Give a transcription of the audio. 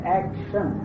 action